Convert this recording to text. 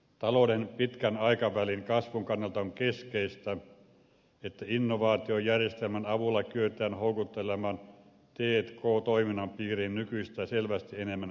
talouden pitkän aikavälin kasvun kannalta on keskeistä että innovaatiojärjestelmän avulla kyetään houkuttelemaan t k toiminnan piiriin nykyistä selvästi enemmän pk yrityksiä